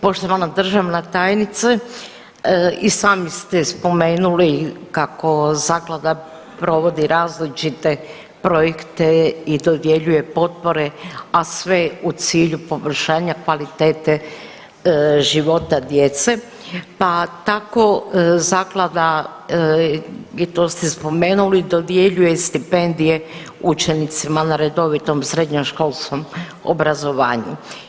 Poštovana državna tajnice, i sami ste spomenuli kako Zaklada provodi različite projekte i dodjeljuje potpore, a sve u cilju poboljšanja kvalitete života djece pa tako Zaklada, i to ste spomenuli, dodjeljuje stipendije učenicima na redovitom srednjoškolskom obrazovanju.